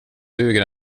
duger